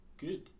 good